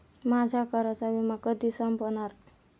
माझ्या कारचा विमा कधी संपणार